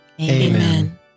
Amen